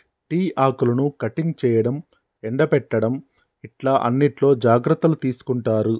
tea ఆకులను cutting చేయడం, ఎండపెట్టడం ఇట్లా అన్నిట్లో జాగ్రత్తలు తీసుకుంటారు